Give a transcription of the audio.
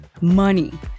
Money